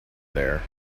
there